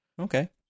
Okay